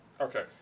Okay